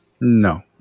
No